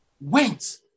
went